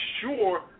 sure